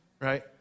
right